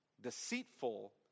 Deceitful